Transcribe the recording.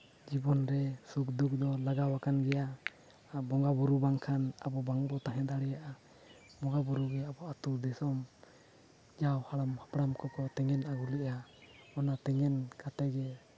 ᱡᱤᱵᱚᱱ ᱨᱮ ᱥᱩᱠᱼᱫᱩᱠ ᱫᱚ ᱞᱟᱜᱟᱣᱟᱠᱟᱱ ᱜᱮᱭᱟ ᱵᱚᱸᱜᱟᱼᱵᱩᱨᱩ ᱵᱟᱝᱠᱷᱟᱱ ᱟᱵᱚ ᱵᱟᱝᱵᱚᱱ ᱛᱟᱦᱮᱸ ᱫᱟᱲᱮᱭᱟᱜᱼᱟ ᱵᱚᱸᱜᱟᱼᱵᱩᱨᱩ ᱜᱮ ᱟᱵᱚᱣᱟᱜ ᱟᱹᱛᱳᱼᱫᱤᱥᱚᱢ ᱡᱟᱦᱟᱸ ᱟᱵᱚ ᱨᱮᱱ ᱦᱟᱯᱲᱟᱢ ᱠᱚᱠᱚ ᱛᱮᱸᱜᱮᱱ ᱟᱹᱜᱩ ᱞᱮᱜᱼᱟ ᱚᱱᱟ ᱛᱮᱸᱜᱮᱱ ᱠᱟᱛᱮᱜᱮ